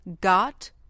got